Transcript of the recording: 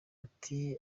ati